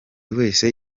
wese